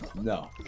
No